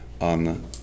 On